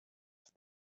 that